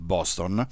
Boston